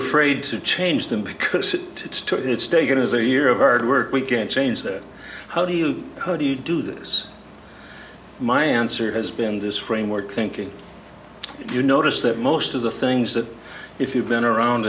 afraid to change them because it's too it's taken as a year of art work we can change that how do you how do you do this my answer has been this framework thinking if you notice that most of the things that if you've been around